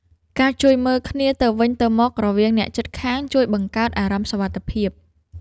ការជួយមើលគ្នាទៅវិញទៅមករវាងអ្នកជិតខាង ជួយបង្កើតអារម្មណ៍សុវត្ថិភាព។